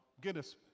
Guinness